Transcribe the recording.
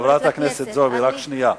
חברת הכנסת זועבי, רק שנייה.